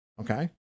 okay